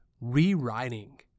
rewriting